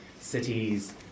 cities